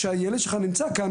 כשהילד שלך נמצא כאן,